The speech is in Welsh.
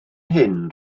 hyn